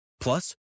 Plus